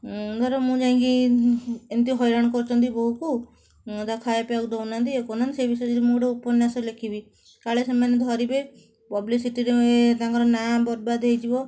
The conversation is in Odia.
ଧର ମୁଁ ଯାଇକି ଏମିତି ହଇରାଣ କରୁଛନ୍ତି ବୋହୂକୁ ତାକୁ ଖାଇବା ପିଇବାକୁ ଦଉନାହାଁନ୍ତି ଇଏ କରୁନାହାଁନ୍ତି ସେ ବିଷୟରେ ମୁଁ ଯଦି ଗୋଟେ ଉପନ୍ୟାସ ଲେଖିବି କାଳେ ସେମାନେ ଧରିବେ ପବ୍ଲିସିଟିରେ ତାଙ୍କର ନାଁ ବର୍ବାଦ ହେଇଯିବ